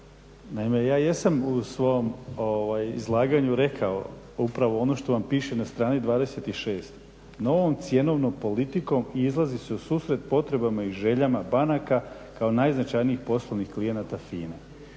Naime, ja jesam u svom izlaganju rekao upravo ono što vam piše na strani 26. Novom cjenovnom politikom i izrazi se u susret potrebama i željama banaka kao najznačajnih poslovnih klijenata FINA-e.